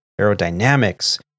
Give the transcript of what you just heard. aerodynamics